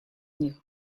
них